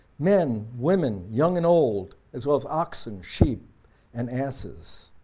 men, women, young and old, as well as oxen, sheep and asses.